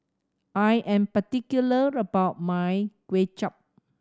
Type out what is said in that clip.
I am particular about my Kway Chap